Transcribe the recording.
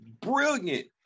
brilliant